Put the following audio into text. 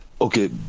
okay